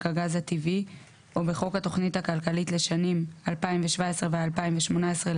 הגז הטבעי או בחוק התוכנית הכלכלית לשנים 2017 ו־2018 ,